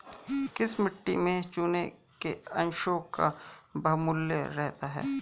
किस मिट्टी में चूने के अंशों का बाहुल्य रहता है?